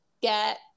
get